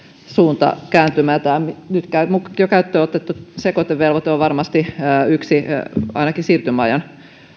suunnan kääntymään tämä nyt jo käyttöönotettu sekoitevelvoite on varmasti yksi toimenpide siinä ainakin siirtymäajan